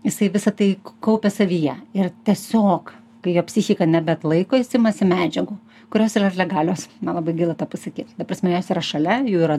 jisai visa tai kaupia savyje ir tiesiog kai jo psichika nebeatlaiko jis imasi medžiagų kurios yra legalios man labai gaila tą pasakyt ta prasme jos yra šalia jų yra